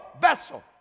vessel